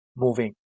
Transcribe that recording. Moving